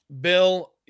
Bill